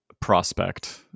prospect